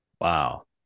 Wow